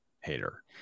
Hater